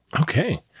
Okay